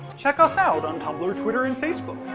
check us out on tumblr, twitter, and facebook,